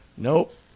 Nope